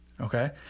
Okay